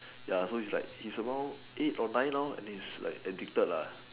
ya so he's like he's around eight or nine now and he's like addicted lah